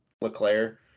LeClaire